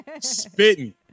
spitting